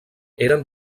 eren